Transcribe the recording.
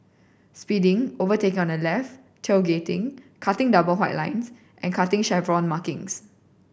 speeding overtaking on the left tailgating cutting double white lines and cutting chevron markings